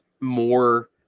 more